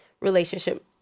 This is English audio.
relationship